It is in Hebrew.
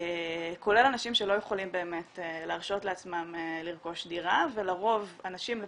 כולל אנשים שלא יכולים באמת להרשות לעצמם לרכוש דירה ולרוב אנשים,